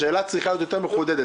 השאלה צריכה להיות יותר מחודדת.